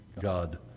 God